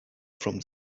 from